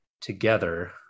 together